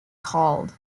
called